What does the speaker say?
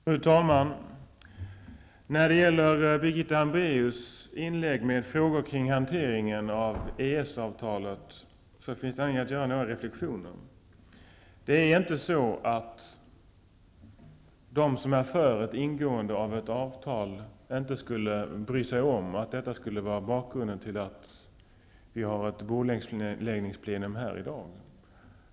Fru talman! Det finns anledning att göra några reflexioner med anledning av Birgitta Hambraeus inlägg med frågor kring hanteringen av EES Det är inte så att de som är för ett ingående av ett avtal inte skulle bry sig om att detta är bakgrunden till att vi här i dag har ett bordläggningsplenum.